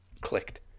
clicked